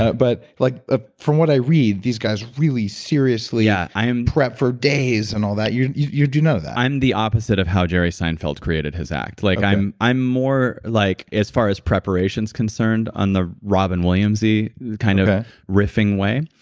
ah but like ah from what i read, these guys really, seriously yeah prep for days and all that. you you do know that? i'm the opposite of how jerry seinfeld created his act. like i'm i'm more like, as far as preparation's concerned, on the robin williams-y kind of ah riffing way,